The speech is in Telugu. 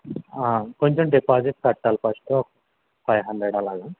కొంచెం డిపాజిట్ కట్టాలి ఫస్ట్ ఒక ఫైవ్ హండ్రెడ్ అలాగా